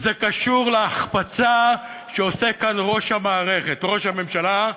זה קשור להחפצה שעושה כאן ראש המערכת, ראש הממשלה,